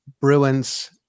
Bruins